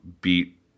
beat